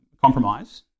compromise